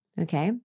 Okay